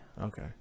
Okay